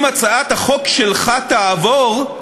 אם הצעת החוק שלך תעבור,